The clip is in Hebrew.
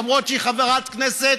למרות שהיא חברת כנסת,